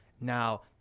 Now